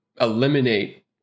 eliminate